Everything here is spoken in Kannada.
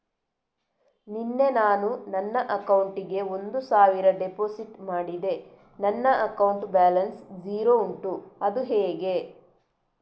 ನಿನ್ನೆ ನಾನು ನನ್ನ ಅಕೌಂಟಿಗೆ ಒಂದು ಸಾವಿರ ಡೆಪೋಸಿಟ್ ಮಾಡಿದೆ ನನ್ನ ಅಕೌಂಟ್ ಬ್ಯಾಲೆನ್ಸ್ ಝೀರೋ ಉಂಟು ಅದು ಹೇಗೆ?